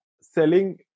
selling